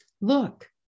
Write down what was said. Look